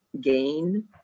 gain